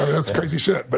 that's crazy shit. but